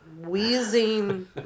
wheezing